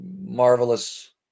marvelous